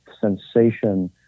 sensation